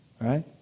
right